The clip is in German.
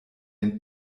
den